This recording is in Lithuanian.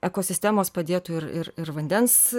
ekosistemos padėtų ir ir ir vandens